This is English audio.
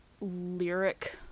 lyric